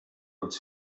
els